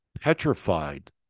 petrified